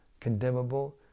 condemnable